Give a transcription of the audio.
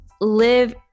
live